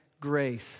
grace